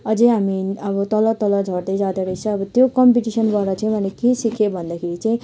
अझै हामी अब तल तल झर्दै जाँदोरहेछौँ अब त्यो कम्पिटिसनद्वारा चाहिँ मैले के सिकेँ भन्दाखेरि चाहिँ